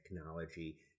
technology